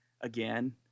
again